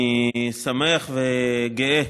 אני שמח וגאה